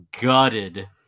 gutted